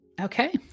Okay